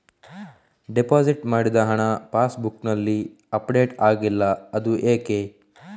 Deposit ಮಾಡಿದ ಹಣ ಪಾಸ್ ಬುಕ್ನಲ್ಲಿ ಅಪ್ಡೇಟ್ ಆಗಿಲ್ಲ ಅದು ಯಾಕೆ?